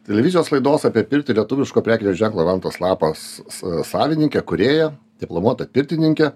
televizijos laidos apie pirtį lietuviško prekinio ženklo vantos lapas savininke kūrėja diplomuota pirtininke